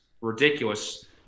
Ridiculous